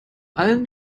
allen